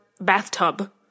bathtub